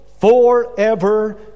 forever